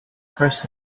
curse